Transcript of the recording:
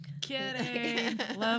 Kidding